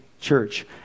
church